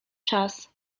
czas